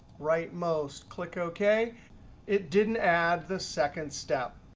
right most, click ok it didn't add the second step.